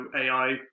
AI